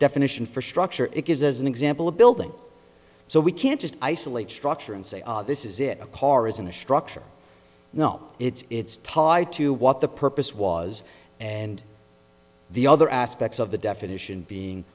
definition for structure it gives as an example a building so we can't just isolate structure and say ah this is it a car isn't a structure no it's it's tied to what the purpose was and the other aspects of the definition being